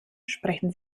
sprechen